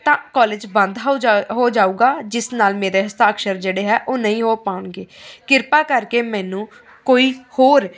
ਤਾਂ ਕੋਲੇਜ ਬੰਦ ਹੋ ਜਾਉ ਹੋ ਜਾਊਗਾ ਜਿਸ ਨਾਲ ਮੇਰੇ ਹਸਤਾਕਸ਼ਰ ਜਿਹੜੇ ਹੈ ਉਹ ਨਹੀਂ ਹੋ ਪਾਣਗੇ ਕਿਰਪਾ ਕਰਕੇ ਮੈਨੂੰ ਕੋਈ ਹੋਰ